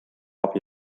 abi